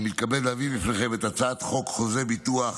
אני מתכבד להביא בפניכם את הצעת חוק חוזה הביטוח